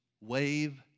Wave